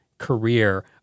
Career